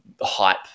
hype